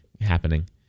happening